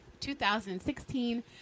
2016